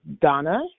Donna